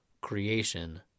creation